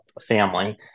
family